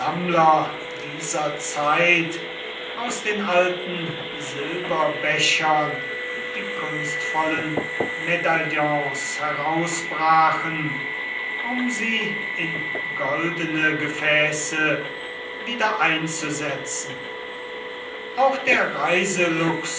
dieser zeit aus den alten silberbechern die kunstvollen medaillons herausbrachen um sie in goldene gefäße wiedereinzusetzen auch der